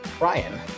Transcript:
Ryan